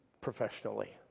professionally